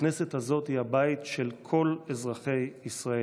הכנסת הזאת היא הבית של כל אזרחי ישראל.